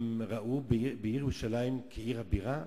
הם ראו בירושלים עיר הבירה?